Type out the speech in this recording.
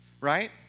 right